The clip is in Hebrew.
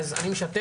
ואז אני משתף,